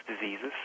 diseases